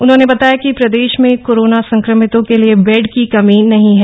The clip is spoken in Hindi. उन्होंने बताया कि प्रदेश में कोरोना संक्रमितों के लिए बेड की कमी नहीं है